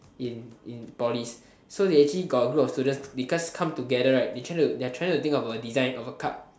in in polys so they actually got a group of students they just come together they are try they are trying to think of a design of a cup